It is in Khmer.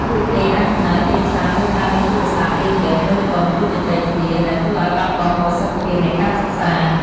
ពួកគេអាចចំណាយពេលច្រើនលើការលេងទូរស័ព្ទ លេងហ្គេម មើលកុន ឬជជែកគ្នា ដែលធ្វើឲ្យបាត់បង់ប្រសិទ្ធភាពនៃការសិក្សា។